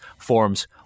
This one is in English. forms